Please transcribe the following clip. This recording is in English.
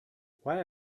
why